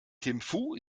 thimphu